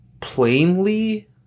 plainly